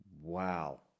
wow